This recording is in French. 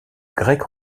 grec